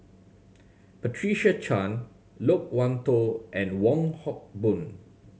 Patricia Chan Loke Wan Tho and Wong Hock Boon